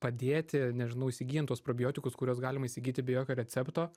padėti nežinau įsigyjant tuos probiotikus kuriuos galima įsigyti be jokio recepto